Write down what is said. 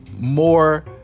more